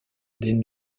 des